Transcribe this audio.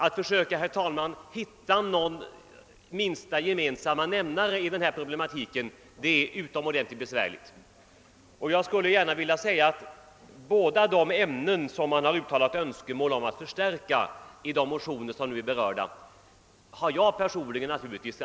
Att finna någon minsta gemensamma nämnare i denna problematik är utomordentligt besvärligt. Jag har personligen de allra största sympatier för båda de ämnen, beträffande vilka man nu uttalat önskemål om en förstärkning i förevarande motioner.